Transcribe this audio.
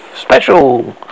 Special